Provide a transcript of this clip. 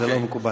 זה לא מקובל.